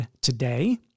today